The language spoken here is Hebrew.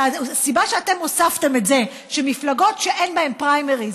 שהסיבה שאתם הוספתם את זה שמפלגות שאין בהן פריימריז